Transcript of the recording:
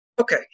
Okay